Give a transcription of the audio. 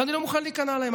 ואני לא מוכן להיכנע להם.